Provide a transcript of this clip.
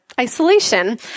isolation